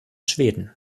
schweden